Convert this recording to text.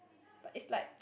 but it's like